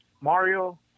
Mario